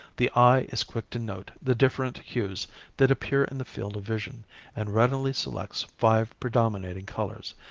the eye is quick to note the different hues that appear in the field of vision and readily selects five predominating colors,